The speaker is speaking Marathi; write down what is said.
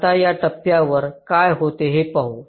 आता या टप्प्यावर काय होते ते पाहू